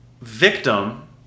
Victim